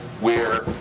where,